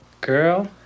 Girl